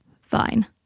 Fine